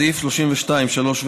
סעיף 32(3),